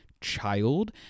child